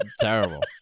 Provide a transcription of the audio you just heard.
terrible